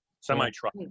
semi-truck